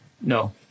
No